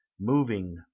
Moving